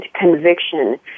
conviction